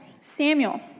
Samuel